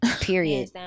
Period